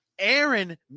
Aaron